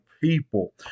people